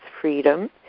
freedom